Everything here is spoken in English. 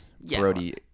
Brody